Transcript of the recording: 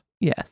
Yes